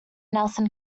nelson